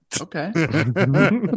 Okay